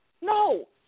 No